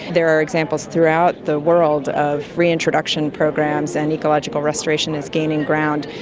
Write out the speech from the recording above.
there are examples throughout the world of reintroduction programs and ecological restoration is gaining ground.